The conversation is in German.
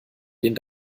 den